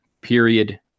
Period